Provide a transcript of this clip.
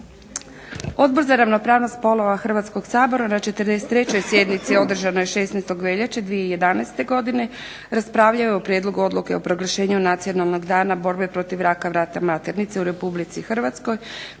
Odbor za ravnopravnost spolova Hrvatskog sabora na 43. sjednici održanoj 16. veljače 2011. godine raspravljao je o Prijedlogu odluke o proglašenju Nacionalnog dana borbe protiv raka vrata maternice u Republici Hrvatskoj